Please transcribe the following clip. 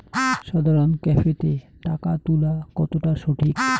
সাধারণ ক্যাফেতে টাকা তুলা কতটা সঠিক?